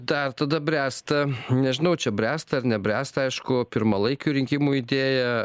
dar tada bręsta nežinau čia bręsta ar nebręsta aišku pirmalaikių rinkimų idėja